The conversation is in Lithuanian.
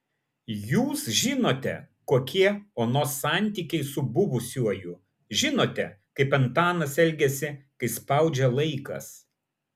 jūs žinote kokie onos santykiai su buvusiuoju žinote kaip antanas elgiasi kai spaudžia laikas